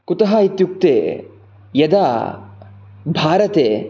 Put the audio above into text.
कुतः इत्युक्ते यदा भारते